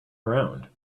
around